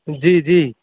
جی جی